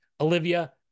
Olivia